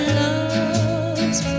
love's